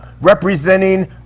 representing